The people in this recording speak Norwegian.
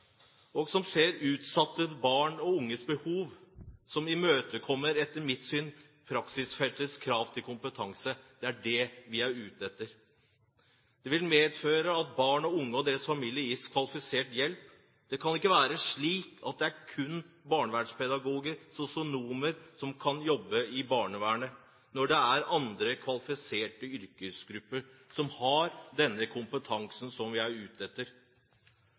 utsatte barn og unges behov, som imøtekommer, etter mitt syn, praksisfeltets krav til kompetanse. Det er det vi er ute etter. Det vil medføre at barn og unge og deres familier gis kvalifisert hjelp. Det kan ikke være slik at det kun er barnevernspedagoger og sosionomer som jobber i barnevernet, når det er andre kvalifiserte yrkesgrupper som har den kompetansen vi er ute etter.